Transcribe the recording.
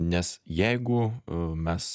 nes jeigu mes